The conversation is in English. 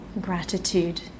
gratitude